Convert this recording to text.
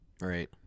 right